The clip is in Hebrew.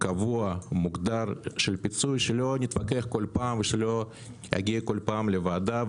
קבוע ומוגדר של פיצוי שלא נתווכח כל פעם ונגיע כל פעם לוועדה,